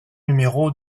numéro